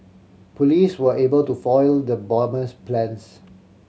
police were able to foil the bomber's plans